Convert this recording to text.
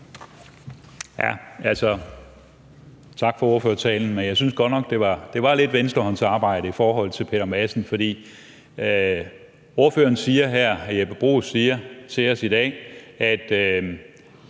Tak for ordførertalen, men jeg synes godt nok, at det var lidt venstrehåndsarbejde i forhold til Peter Madsen. Ordføreren, hr. Jeppe Bruus, siger her til os, at